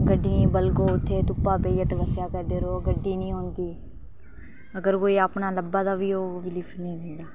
गड्डियें गी बलगो उत्थै घुपा बहिइयै तपस्या करदे रवो गड्डी नेंई ओंदी अगर कोई अपना लब्भा दा बी होग ओह् बी लिफट नेईं दिंदा